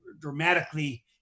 dramatically